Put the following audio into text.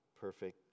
perfect